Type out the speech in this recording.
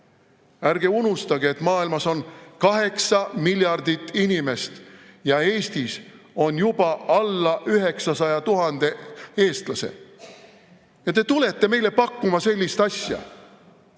Ärge unustage, et maailmas on kaheksa miljardit inimest ja Eestis on juba alla 900 000 eestlase. Te tulete meile pakkuma sellist asja.